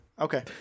Okay